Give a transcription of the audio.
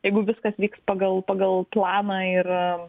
jeigu viskas vyks pagal pagal planą ir